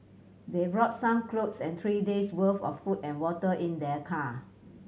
they brought some clothes and three days'worth of food and water in their car